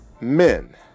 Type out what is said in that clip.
men